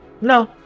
No